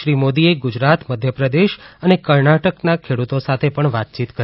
શ્રી મોદીએ ગુજરાત મધ્યપ્રદેશ અને કર્ણાટકના ખેડૂતો સાથે પણ વાતચીત કરી